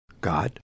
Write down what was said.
God